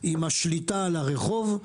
עם השליטה על הרחוב,